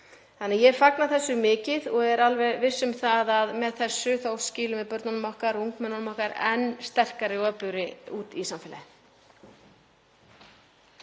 Þannig að ég fagna þessu mikið og er alveg viss um það að með þessu þá skilum við börnunum okkar og ungmennum enn sterkari og öflugri út í samfélagið.